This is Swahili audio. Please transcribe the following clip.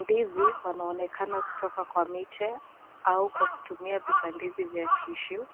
Ndizi wanaonekana kutoka kwa miche au kwa kutumia vipandizi vya tissue